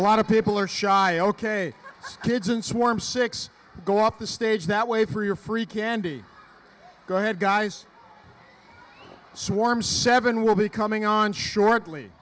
a lot of people are shy ok kids in swarm six go up the stage that way for your free candy go ahead guys swarm seven will be coming on shor